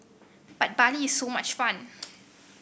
but Bali is so much fun